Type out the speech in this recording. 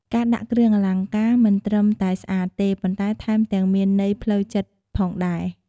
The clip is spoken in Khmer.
ការដាក់គ្រឿងអលង្ការមិនត្រឹមតែស្អាតទេ ប៉ុន្តែថែមទាំងមានន័យផ្លូវចិត្តផងដែរ។